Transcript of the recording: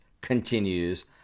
continues